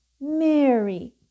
Mary